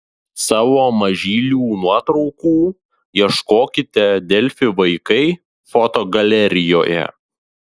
savo mažylių nuotraukų ieškokite delfi vaikai fotogalerijoje